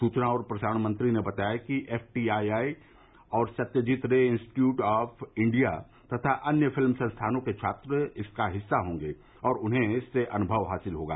सुचना और प्रसारण मंत्री ने बताया कि एफ टी आई आई और Satyajit Ray institute of India तथा अन्य फिल्म संस्थानों के छात्र इसका हिस्सा होंगे और उन्हें इससे अनुभव हासिल होगा